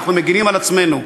אנחנו מגינים על עצמנו.